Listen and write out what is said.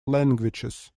languages